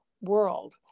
world